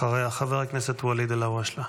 אחריה חבר הכנסת ואליד אלהואשלה.